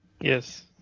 Yes